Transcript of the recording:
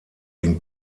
den